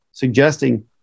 Suggesting